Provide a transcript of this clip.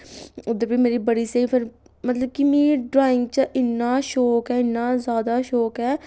उद्धर बी मेरी बड़ी स्हेई फिर मतलब कि मी ड्राइंग च इन्ना शौक ऐ इन्ना जैदा शौक ऐ